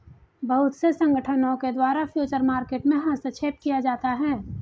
बहुत से संगठनों के द्वारा फ्यूचर मार्केट में हस्तक्षेप किया जाता है